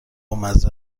مزه